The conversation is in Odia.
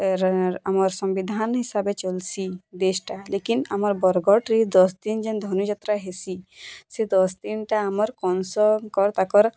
ଆମର୍ ସମ୍ୱିଧାନ୍ ହିସାବେ ଚଲ୍ସି ଦେଶ୍ଟା ଲେକିନ୍ ଆମର୍ ବରଗଡ଼୍ରେ ଦଶ୍ ଦିନ୍ ଯେନ୍ ଧନୁଯାତ୍ରା ହେସି ସେ ଦଶ୍ ଦିନ୍ଟା ଆମର୍ କଂସକର ତାକର୍